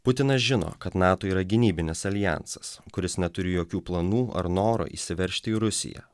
putinas žino kad nato yra gynybinis aljansas kuris neturi jokių planų ar noro įsiveržti į rusiją